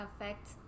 affect